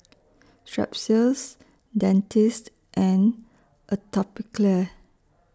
Strepsils Dentiste and Atopiclair